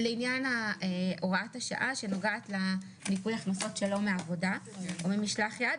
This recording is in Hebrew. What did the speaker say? לעניין הוראת השעה שנוגעת לניכוי הכנסות שלא מעבודה או ממשלח יד.